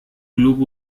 club